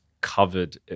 covered